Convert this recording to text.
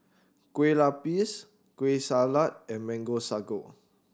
Kueh Lapis Kueh Salat and Mango Sago